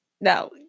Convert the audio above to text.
No